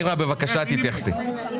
מבחינה חוקית,